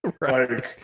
Right